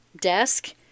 desk